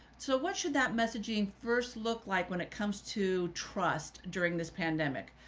so what should that messaging first look like when it comes to trust during this pandemic,